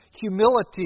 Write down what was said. humility